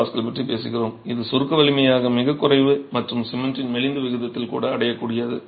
7 MPa பற்றி பேசுகிறோம் இது சுருக்க வலிமையாக மிகக் குறைவு மற்றும் சிமெண்டின் மெலிந்த விகிதத்தில் கூட அடையக்கூடியது